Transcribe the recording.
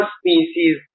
species